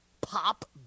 Pop